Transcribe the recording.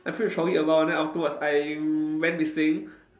I push the trolley a while then afterwards I went missing